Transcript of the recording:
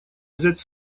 взять